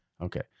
Okay